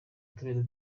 tube